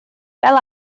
fel